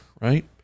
right